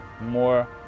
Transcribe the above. more